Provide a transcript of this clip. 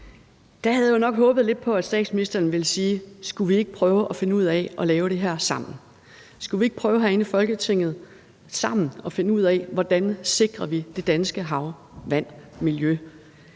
Der havde jeg nok håbet lidt på, at statsministeren ville sige, om ikke vi skulle prøve at finde ud af at lave det her sammen, om vi ikke herinde i Folketinget skulle prøve sammen at finde ud af, hvordan vi sikrer det danske havvand og vandmiljø.